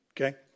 Okay